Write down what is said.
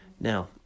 Now